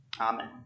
Amen